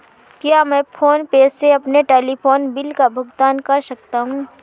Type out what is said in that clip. क्या मैं फोन पे से अपने टेलीफोन बिल का भुगतान कर सकता हूँ?